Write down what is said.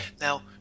Now